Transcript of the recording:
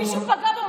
מישהו פגע במסורת?